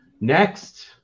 Next